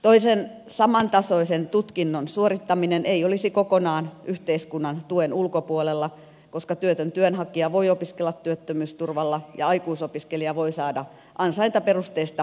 toisen samantasoisen tutkinnon suorittaminen ei olisi kokonaan yhteiskunnan tuen ulkopuolella koska työtön työnhakija voi opiskella työttömyysturvalla ja aikuisopiskelija voi saada ansaintaperusteista aikuiskoulutustukea